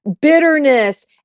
bitterness